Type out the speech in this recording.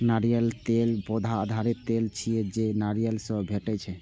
नारियल तेल पौधा आधारित तेल छियै, जे नारियल सं भेटै छै